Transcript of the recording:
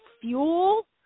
fuel